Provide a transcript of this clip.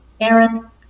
Aaron